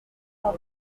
par